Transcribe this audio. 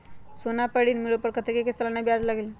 सोना पर ऋण मिलेलु ओपर कतेक के सालाना ब्याज लगे?